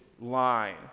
line